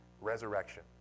resurrection